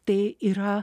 tai yra